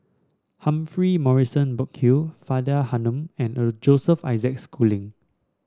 Humphrey Morrison Burkill Faridah Hanum and a Joseph Isaac Schooling